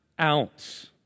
ounce